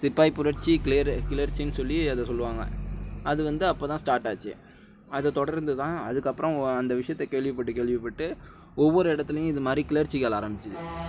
சிப்பாய் புரட்சி கிளியரு கிளர்ச்சின்னு சொல்லி அதை சொல்லுவாங்க அது வந்து அப்போது தான் ஸ்டார்ட் ஆச்சி அதை தொடர்ந்து தான் அதுக்கப்புறம் ஓ அந்த விஷயத்த கேள்விப்பட்டு கேள்விப்பட்டு ஒவ்வொரு இடத்துலியும் இது மாதிரி கிளர்ச்சிகள் ஆரம்பிச்சுது